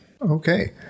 Okay